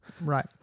Right